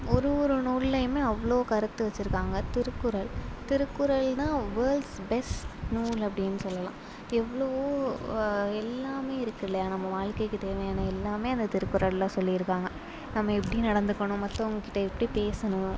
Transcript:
ஒரு ஒரு நூல்லேயும் அவ்வளோ கருத்து வச்சுருக்காங்க திருக்குறள் திருக்குறள் தான் வேல்ட்ஸ் பெஸ்ட் நூல் அப்படின்னு சொல்லலாம் எவ்வளோவோ எல்லாம் இருக்குது இல்லையா நம்ம வாழ்க்கைக்கு தேவையான எல்லாம் அந்த திருக்குறளில் சொல்லியிருக்காங்க நம்ம எப்படி நடந்துக்கணும் மத்தவங்கிட்ட எப்படி பேசணும்